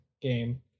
game